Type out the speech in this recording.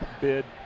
bid